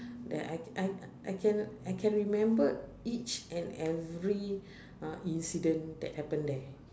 that I I I can I can remember each and every uh incident that happened there